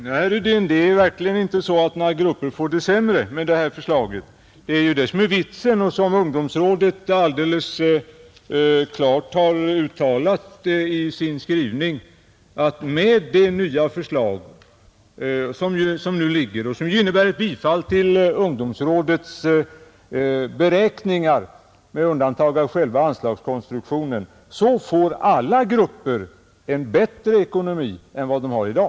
Herr talman! Nej, herr Rydén, det är inte så att vissa grupper får det sämre med detta förslag. Det är ju det som är vitsen — och det har också ungdomsrådet klart uttalat — att med det förslag som nu föreligger och som innebär ett godkännande av ungdomsrådets beräkningar — med undantag för själva anslagskonstruktionen — får alla grupper en bättre ekonomi än de har i dag.